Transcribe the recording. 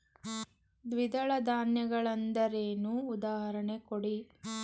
ದ್ವಿದಳ ಧಾನ್ಯ ಗಳೆಂದರೇನು, ಉದಾಹರಣೆ ಕೊಡಿ?